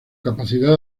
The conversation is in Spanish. capacidad